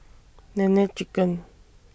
Nene Chicken